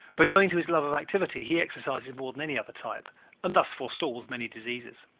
but owing to his love of activity he exercises more than any other type and thus forestalls many diseases.